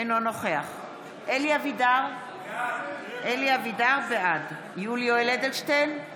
אינו נוכח אלי אבידר, בעד יולי יואל אדלשטיין,